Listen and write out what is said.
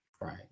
Right